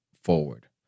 forward